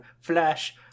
Flash